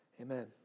Amen